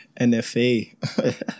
NFA